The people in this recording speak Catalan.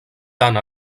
tant